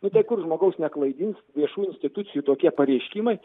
nu tai kur žmogaus neklaidins viešų institucijų tokie pareiškimai